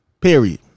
Period